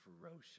ferocious